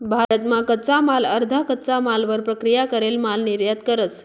भारत मा कच्चा माल अर्धा कच्चा मालवर प्रक्रिया करेल माल निर्यात करस